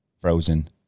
frozen